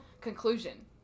conclusion